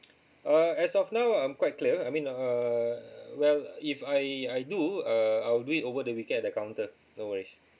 uh as of now I'm quite clear I mean err well if I I do uh I will do it over the weekend at the counter no worries